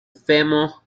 fairmont